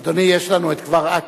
אדוני, יש לנו את כפר-עקב,